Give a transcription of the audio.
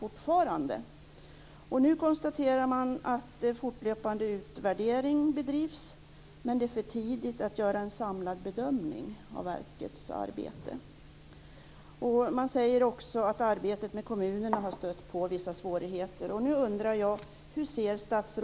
Och nu konstaterar man att en fortlöpande utvärdering bedrivs men att det är för tidigt att göra en samlad bedömning av verkets arbete. Man säger också att arbetet med kommunerna har stött på vissa svårigheter.